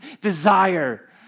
desire